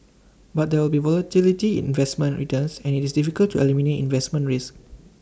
but there will be volatility in investment returns and IT is difficult to eliminate investment risk